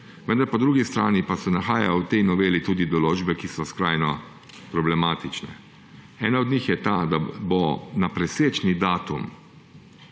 Vendar pa se po drugi strani nahajajo v tej noveli tudi določbe, ki so skrajno problematične. Ena od njih je ta, da bo na presečni datum,